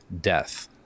death